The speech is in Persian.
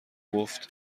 گفت